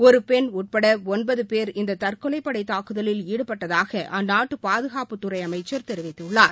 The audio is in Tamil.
ஒரு பெண் உட்பட ஒன்பது பேர் இந்த தற்கொலைப்படை தாக்குதலில் ஈடுபட்டதாக அந்நாட்டு பாதுகாப்புத்துறை அமைச்சர் தெரிவித்துள்ளார்